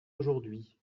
aujourd’hui